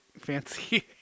fancy